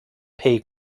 pay